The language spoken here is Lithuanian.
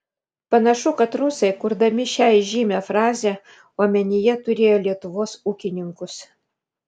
panašu kad rusai kurdami šią įžymią frazę omenyje turėjo lietuvos ūkininkus